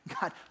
God